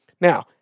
Now